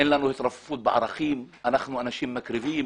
אין לנו התרופפות בערכים, אנחנו אנשים מקריבים,